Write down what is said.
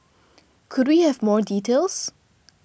could we have more details